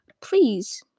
please